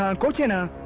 um go jamuna,